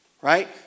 right